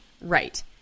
Right